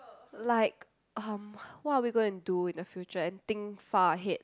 like um what are we going to do in the future and think far ahead